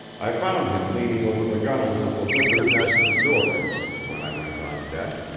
i found him leaning over the gunnels of the wind'ard nest of dories when i went on deck,